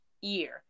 year